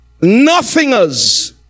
Nothingers